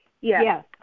Yes